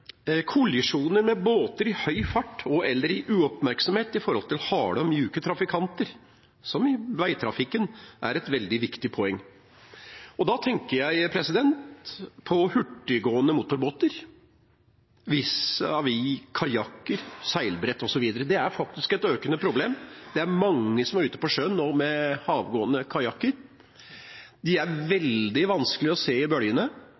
båter i høy fart og/eller uoppmerksomhet når det gjelder harde og myke trafikanter, som i veitrafikken, er et veldig viktig poeng. Da tenker jeg på hurtiggående motorbåter vis-à-vis kajakker, seilbrett osv. Det er faktisk et økende problem. Det er mange som er ute på sjøen med havkajakker. De er veldig vanskelig å se i bølgene.